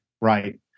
right